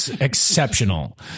exceptional